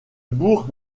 bourg